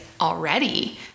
already